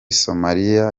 somaliya